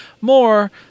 more